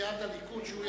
סיעת הליכוד שהוא,